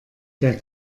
der